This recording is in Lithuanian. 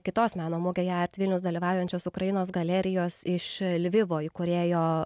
kitos meno mugėje art vilnius dalyvaujančios ukrainos galerijos iš lvivo įkūrėjo